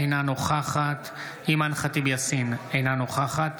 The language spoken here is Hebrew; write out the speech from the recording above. אינה נוכחת אימאן ח'טיב יאסין, אינה נוכחת